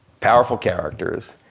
powerful characters.